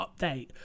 update